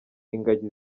ingagi